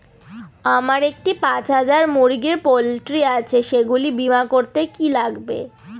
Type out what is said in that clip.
আমার একটি পাঁচ হাজার মুরগির পোলট্রি আছে সেগুলি বীমা করতে কি লাগবে?